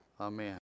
Amen